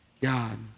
God